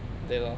对咯